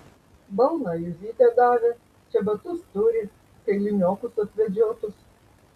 balną juzytė davė čebatus turi kailiniokus apvedžiotus